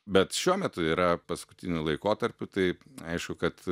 bet šiuo metu yra paskutiniu laikotarpiu taip aišku kad